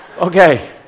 Okay